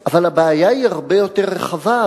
אבל הבעיה היא הרבה יותר רחבה.